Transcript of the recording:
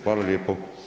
Hvala lijepo.